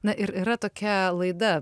na ir yra tokia laida